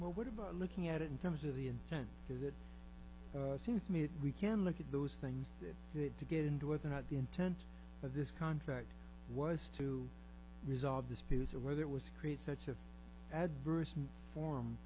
well what about looking at it in terms of the intent because it seems to me that we can look at those things that to get into whether or not the intent of this contract was to resolve disputes or whether it was create such a adverse